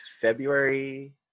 February